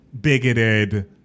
bigoted